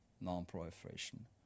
non-proliferation